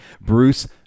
Bruce